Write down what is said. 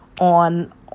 on